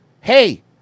Hey